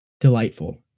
delightful